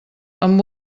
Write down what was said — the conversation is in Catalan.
amb